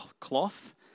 cloth